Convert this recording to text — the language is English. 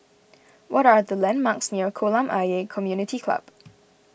what are the landmarks near Kolam Ayer Community Club